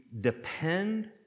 depend